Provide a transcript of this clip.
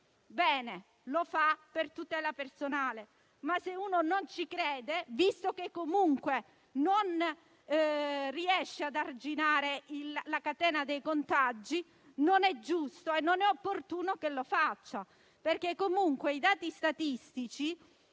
bene, lo farà per tutela personale; ma se non ci crede, visto che comunque non riesce ad arginare la catena dei contagi, non è giusto e è opportuno che lo faccia. I dati statistici